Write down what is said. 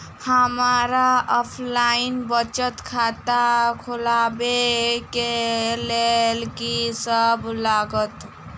हमरा ऑफलाइन बचत खाता खोलाबै केँ लेल की सब लागत?